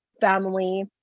family